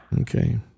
Okay